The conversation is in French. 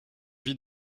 vis